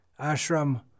Ashram